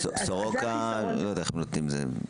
אני לא יודע איך זה מתחלק.